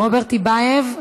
רוברט טיבייב,